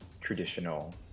traditional